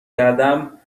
کردم